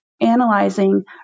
Analyzing